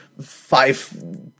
five